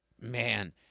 man